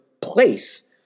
place